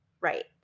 Right